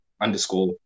underscore